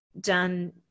done